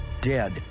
dead